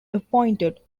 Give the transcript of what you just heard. appointed